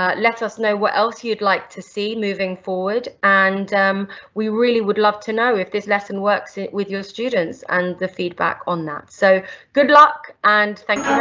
ah let us know what else you'd like to see moving forward, and we really would love to know if this lesson works with your students, and the feedback on that. so good luck, and thank